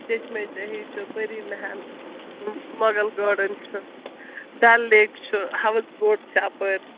چیٚشمَے شٲہی چھُ پٔری محل مۄغل گارڈَن چھُ ڈل لیک چھُ ہاوُس بوٹ چھِ اَپٲرۍ